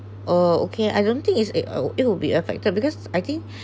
uh okay I don't think it's a oh it will be affected because I think